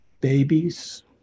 babies